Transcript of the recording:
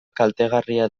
kaltegarria